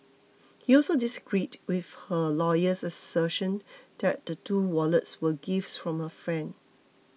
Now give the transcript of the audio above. he also disagreed with her lawyer's assertion that the two wallets were gifts from her friend